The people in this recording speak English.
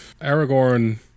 Aragorn